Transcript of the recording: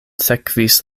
sekvis